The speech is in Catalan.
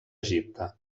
egipte